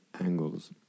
angles